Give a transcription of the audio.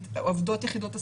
את עובדות יחידות הסיוע,